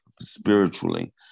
spiritually